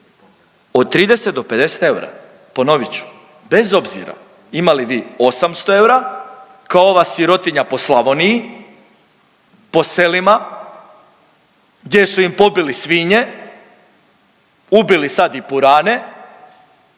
od 30 do 50 eura. Ponovit ću. Bez obzira imali vi 800 eura kao ova sirotinja po Slavoniji, po selima gdje su im pobili svinje, ubili sad i purane